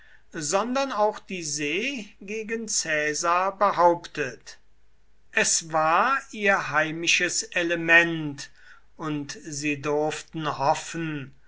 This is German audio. sondern auch die see gegen caesar behauptet es war ihr heimisches element und sie durften hoffen